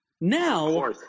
Now